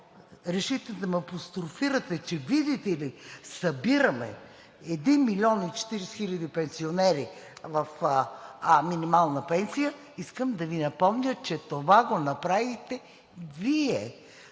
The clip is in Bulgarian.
решите да ме апострофирате, че, видите ли, събираме един милион и 40 хиляди пенсионери в минимална пенсия, искам да Ви напомня, че това го направихте Вие